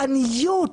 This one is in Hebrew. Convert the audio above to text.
עניות לממשלה,